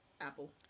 Apple